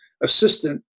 assistant